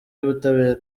y’ubutabera